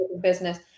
business